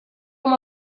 com